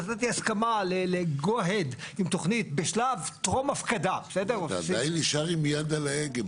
נתתי הסכמה לתוכנית בשלב טרום הפקדה --- ועדיין נשאר עם יד על ההגה.